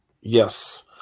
yes